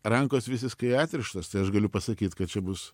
rankos visiškai atrištos tai aš galiu pasakyt kad čia bus